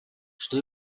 что